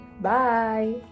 bye